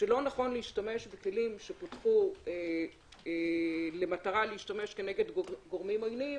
שלא נכון להשתמש בכלים שפותחו למטרת שימוש כנגד גורמים עוינים